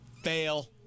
Fail